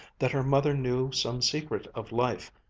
that her mother knew some secret of life,